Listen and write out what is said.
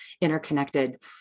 interconnected